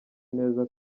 neza